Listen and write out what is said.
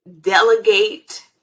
delegate